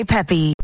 Peppy